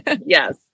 yes